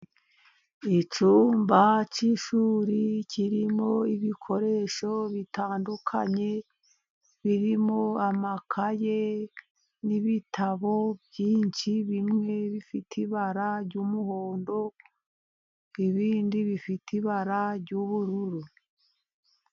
Icyumba cy'ishuri , kirimo ibikoresho bitandukanye ,birimo amakayi n'ibitabo byinshi, bimwe bifite ibara ry'umuhondo, ibindi bifite ibara ry'ubururu.